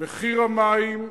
מחיר המים,